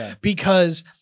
because-